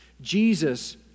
Jesus